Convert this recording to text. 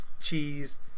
cheese